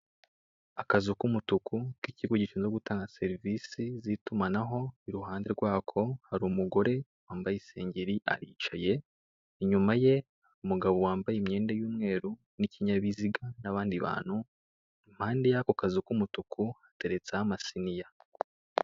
Akazu k'utuku k'ikigo gishinzwe gutanga serivise z'itumanaho i ruhande rw'ako hari umugore wambaye isengeri aricaye, inyuma ye umugabo wambaye imyenda y'umweru n'ikinyabiziga n'abandi bantu. Impande y'ako kazu k'umutuku hateretse amasiniya.